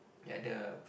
at the